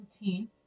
routine